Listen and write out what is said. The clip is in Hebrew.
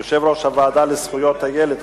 יושב-ראש הוועדה לזכויות הילד,